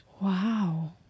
Wow